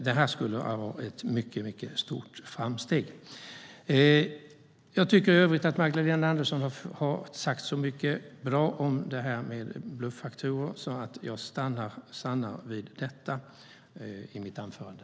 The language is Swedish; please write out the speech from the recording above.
Det skulle vara ett mycket stort framsteg. Jag tycker i övrigt att Magdalena Andersson har sagt så mycket bra om det här med bluffakturor att jag stannar vid detta i mitt anförande.